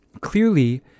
clearly